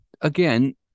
again